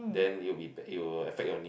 then you'll be it'll affect your knee